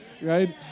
right